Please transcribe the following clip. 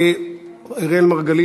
אראל מרגלית,